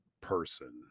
person